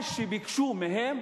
מה שביקשו מהם,